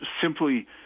simply